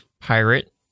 pirate